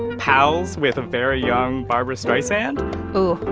pals with very young barbra streisand oh,